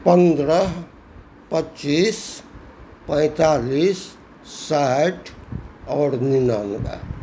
पन्द्रह पच्चीस पैंतालीस साठि आओर निनानबे